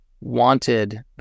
wanted